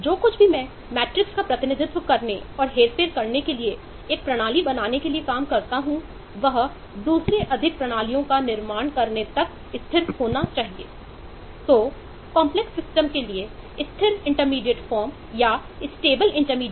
जो कुछ भी मैं मैट्रिस का प्रतिनिधित्व करने और हेरफेर करने के लिए एक प्रणाली बनाने के लिए काम करता हूंवह दूसरे अधिक प्रणालियों का निर्माणतक स्थिर होना चाहिए